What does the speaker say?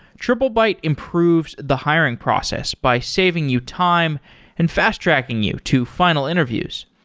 triplebyte improves the hiring process by saving you time and fast-tracking you to final interviews.